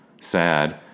sad